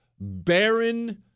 Barren